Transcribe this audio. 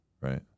Right